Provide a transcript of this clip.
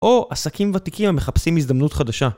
או עסקים ותיקים המחפשים הזדמנות חדשה